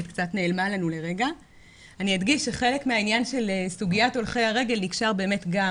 אני אדגיש שחלק מהעניין של סוגיית הולכי הרגל נקשר באמת גם